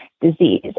disease